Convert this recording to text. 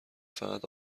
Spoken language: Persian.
فقط